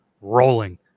rolling